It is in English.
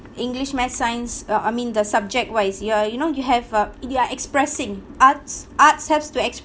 english maths science uh I mean the subject wise ya you know you have a you are expressing arts arts helps to